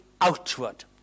outward